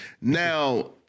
Now